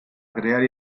crear